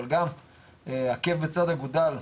אבל גם עקב בצד אגודל,